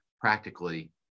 practically